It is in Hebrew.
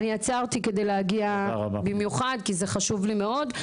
אני עצרתי כדי להגיע במיוחד כי זה חשוב לי מאוד.